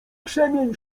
krzemień